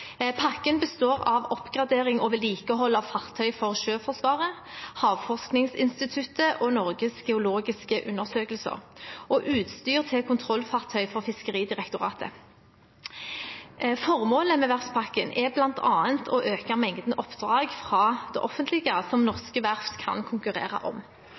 Pakken består av oppgradering og vedlikehold av fartøy for Sjøforsvaret, Havforskningsinstituttet, Norges geologiske undersøkelse og utstyr til kontrollfartøy for Fiskeridirektoratet. Formålet med verftspakken er bl.a. å øke mengden oppdrag fra det offentlige som norske verft kan konkurrere om.